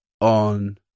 on